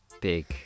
Big